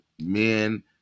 men